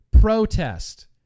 protest